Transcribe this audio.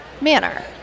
manner